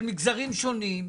של מגזרים שונים,